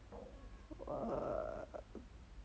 err